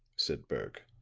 said berg,